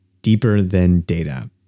DeeperThanData